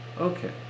Okay